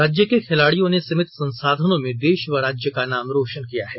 राज्य के खिलाड़ियों ने सीमित संसाधनों में देश व राज्य का नाम रोशन किया है